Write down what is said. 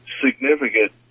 significant